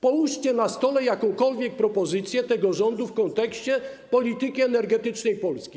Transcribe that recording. Połóżcie na stole jakąkolwiek propozycję tego rządu w kontekście polityki energetycznej Polski.